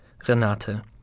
Renate